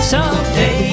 Someday